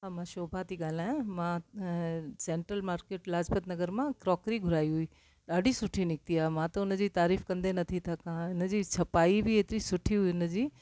हा मां शोभा थी ॻाल्हायां मां सैंट्रल मार्किट लाजपत नगर मां क्रोकरी घुराई हुई ॾाढी सुठी निकिती आहे मां त उन जी तारीफ़ कंदे नथी थका इन जी छपाई बि एतरी सुठी हुई उन जी